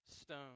stone